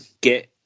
get